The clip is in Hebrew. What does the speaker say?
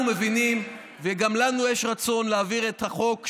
אנחנו מבינים וגם לנו יש רצון להעביר את החוק,